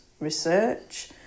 research